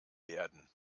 werden